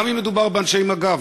גם אם מדובר באנשי מג"ב?